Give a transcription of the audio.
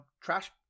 trash